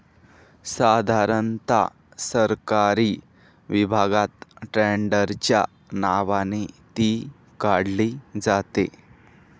साधारणता सरकारी विभागात टेंडरच्या नावाने ती काढली जाते